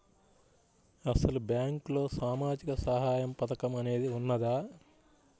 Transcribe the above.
అసలు బ్యాంక్లో సామాజిక సహాయం పథకం అనేది వున్నదా?